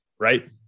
right